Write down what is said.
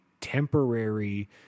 temporary